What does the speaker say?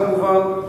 כמובן,